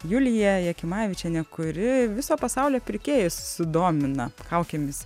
juliją jakimavičienę kuri viso pasaulio pirkėjus sudomina kaukėmis